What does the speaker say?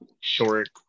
short